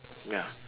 ya